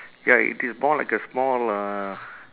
ya it is more like a small uh